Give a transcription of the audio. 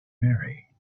marry